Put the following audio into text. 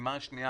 הפעימה השנייה,